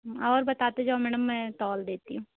और बताते जाओ मैडम मैं तौल देती हूँ